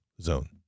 zone